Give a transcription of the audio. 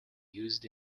used